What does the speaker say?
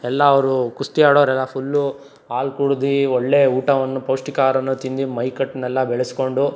ಎಲ್ಲ ಅವರು ಕುಸ್ತಿ ಆಡೋರೆಲ್ಲ ಫುಲ್ಲು ಹಾಲ್ ಕುಡ್ದು ಒಳ್ಳೆ ಊಟವನ್ನು ಪೌಷ್ಟಿಕ ಆಹಾರವನ್ನು ತಿಂದು ಮೈಕಟ್ಟನ್ನೆಲ್ಲ ಬೆಳೆಸ್ಕೊಂಡು